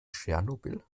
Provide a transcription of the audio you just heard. tschernobyl